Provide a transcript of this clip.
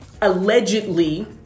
allegedly